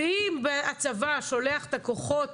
ואם הצבא שולח את הכוחות